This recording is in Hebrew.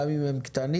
גם אם הם קטנים,